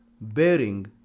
bearing